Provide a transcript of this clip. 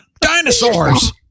dinosaurs